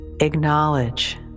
Acknowledge